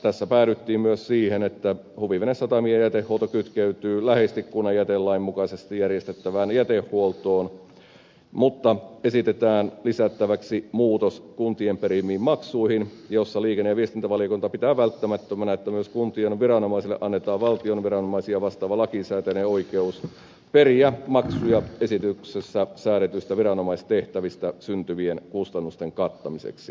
tässä päädyttiin myös siihen että huvivenesatamien jätehuolto kytkeytyy läheisesti kunnan jätelain mukaisesti järjestettävään jätehuoltoon mutta esitetään lisättäväksi muutos kuntien perimiin maksuihin joissa liikenne ja viestintävaliokunta pitää välttämättömänä että myös kuntien viranomaisille annetaan valtion viranomaisia vastaava lakisääteinen oikeus periä maksuja esityksessä säädetyistä viranomaistehtävistä syntyvien kustannusten kattamiseksi